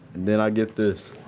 then i get this.